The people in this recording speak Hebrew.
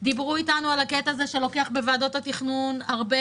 הקטע הזה שלוקח בוועדות התכנון הרבה